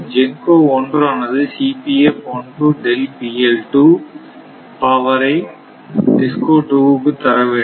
GENCO 1 ஆனது power ஐ DISCO 2 இக்கு தரவேண்டும்